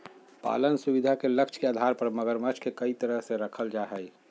पालन सुविधा के लक्ष्य के आधार पर मगरमच्छ के कई तरह से रखल जा हइ